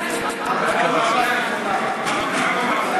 אני מבקש מחברי הכנסת לשמור קצת על